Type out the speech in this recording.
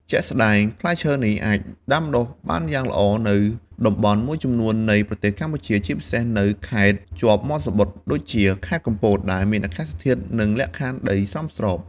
ជាក់ស្តែង ផ្លែឈើនេះអាចដាំដុះបានយ៉ាងល្អនៅតំបន់មួយចំនួននៃប្រទេសកម្ពុជា ជាពិសេសនៅខេត្តជាប់មាត់សមុទ្រដូចជា ខេត្តកំពត ដែលមានអាកាសធាតុនិងលក្ខណៈដីសមស្រប។